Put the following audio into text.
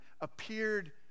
appeared